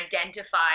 identify